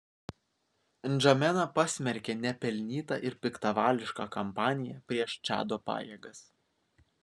ndžamena pasmerkė nepelnytą ir piktavališką kampaniją prieš čado pajėgas